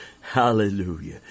Hallelujah